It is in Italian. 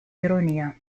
ironia